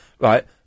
right